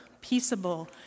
peaceable